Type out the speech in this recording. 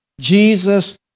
Jesus